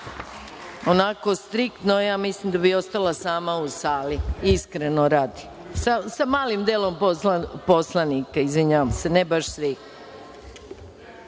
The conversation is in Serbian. onako striktno, ja mislim da bih ostala sama u sali, iskreno, sa malim delom poslanika, izvinjavam se, ne baš